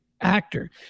actor